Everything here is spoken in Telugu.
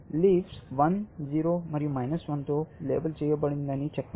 లీవ్స్ 1 0 మరియు తో లేబుల్ చేయబడిందని చెప్పండి